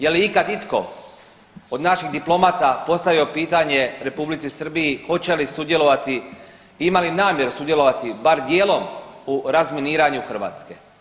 Je li ikad itko od naših diplomata postavio pitanje Republici Srbiji hoće li sudjelovati i ima li namjeru sudjelovati bar dijelom u razminiranju Hrvatske?